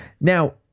Now